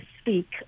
speak